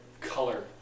color